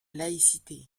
laïcité